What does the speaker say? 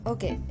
Okay